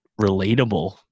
relatable